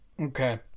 Okay